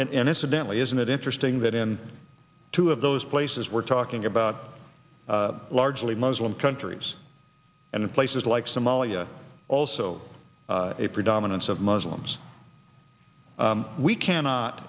innocently isn't it interesting that in two of those places we're talking about largely muslim countries and in places like somalia also a predominance of muslims we cannot